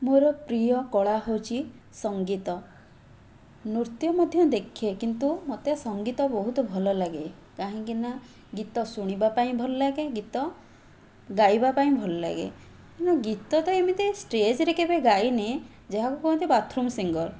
ମୋର ପ୍ରିୟ କଳା ହେଉଛି ସଙ୍ଗୀତ ନୃତ୍ୟ ମଧ୍ୟ ଦେଖେ କିନ୍ତୁ ମୋତେ ସଙ୍ଗୀତ ବହୁତ ଭଲ ଲାଗେ କାହିଁକିନା ଗୀତ ଶୁଣିବାପାଇଁ ଭଲଲାଗେ ଗୀତ ଗାଇବାପାଇଁ ଭଲଲାଗେ ନା ଗୀତ ତ ଏମିତି ଷ୍ଟେଜ୍ରେ କେବେ ଗାଇନି ଯାହାକୁ କୁହନ୍ତି ବାଥ୍ରୁମ୍ ସିଙ୍ଗର